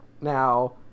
Now